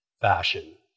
fashion